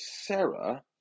Sarah